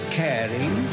caring